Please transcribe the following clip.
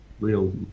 real